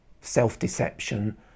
self-deception